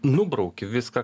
nubrauki viską